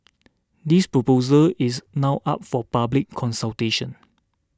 this proposal is now up for public consultation